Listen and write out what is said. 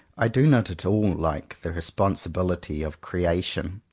i do not at all like the responsibility of creation.